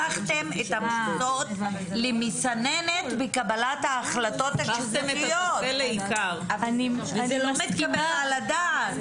הפכתם את המכסות למסננת בקבלת ההחלטות השיפוטיות וזה לא מתקבל על הדעת.